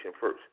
first